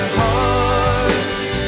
hearts